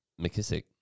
McKissick